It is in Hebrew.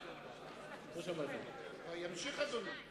בן שקראו לו אחאב,